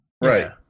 Right